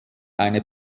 eine